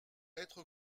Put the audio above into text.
être